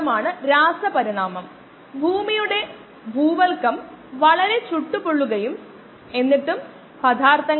ഉദാഹരണത്തിന് ഇതാണ് നമ്മൾ ഇവിടെ പരാമർശിച്ചത് പക്ഷേ ഗണിതശാസ്ത്രപരമായി എഴുതിയിരിക്കുന്നു